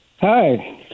Hi